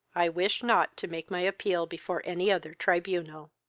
i wish not to make my appeal before any other tribunal.